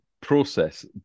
process